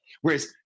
Whereas